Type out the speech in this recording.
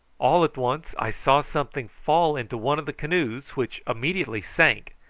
all at once i saw something fall into one of the canoes, which immediately sank,